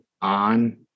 on